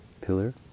pillar